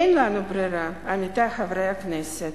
אין לנו ברירה, עמיתי חברי הכנסת,